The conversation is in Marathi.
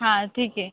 हां ठीक आहे